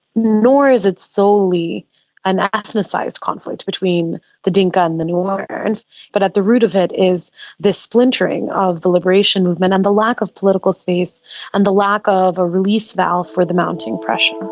nor is it solely an ethnicised conflict between the dinka and the nuer, um and but at the root of it is this splintering of the liberation movement and the lack of political space and the lack of a release valve for the mounting pressure.